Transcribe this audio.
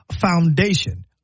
Foundation